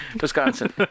Wisconsin